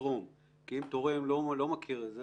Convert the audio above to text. לפחות הוועד למען החייל,